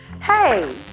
Hey